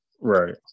right